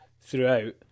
throughout